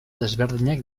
desberdinak